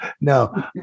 no